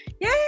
Yay